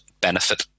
benefit